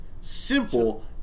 simple